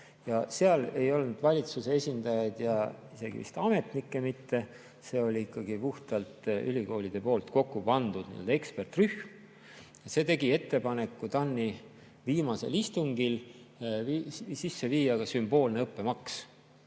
Seal ei olnud valitsuse esindajaid ja isegi vist ametnikke mitte. See oli puhtalt ülikoolide kokku pandud ekspertrühm. See tegi ettepaneku TAN-i viimasel istungil sisse viia ka sümboolne õppemaks.